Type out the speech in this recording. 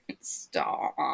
Stop